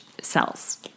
cells